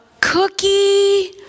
cookie